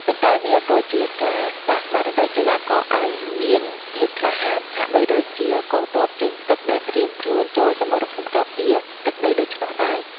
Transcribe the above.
ប៉ុន្តែវាក៏ជាការដាស់ស្មារតីកីឡាករឱ្យមានភាពក្លាហាន ហាក់បីដូចជាកងទ័ពជើងទឹកដែលត្រៀមខ្លួនចូលសមរភូមិការពារទឹកដីដូច្នោះដែរ។